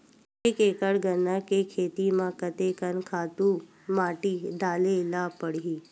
एक एकड़ गन्ना के खेती म कते कन खातु माटी डाले ल पड़ही?